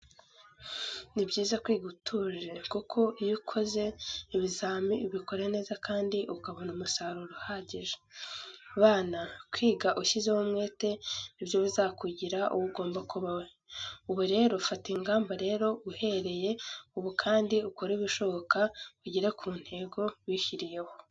Ni byiza kwiga utuje kuko iyo ukoze ibizamini ubikora neza kandi ukabona umusaruro uhagije. Bana kwiga ushyizeho umwete nibyo bizakugira uwo ugomba kuba we. Ubu rero fata ingamba rero uhereye ubu kandi ukore ibishoboka ugere ku ntego wishyiriyeho.